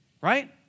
Right